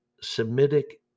Semitic